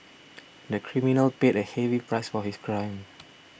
the criminal paid a heavy price for his crime